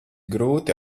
grūti